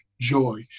joy